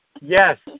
Yes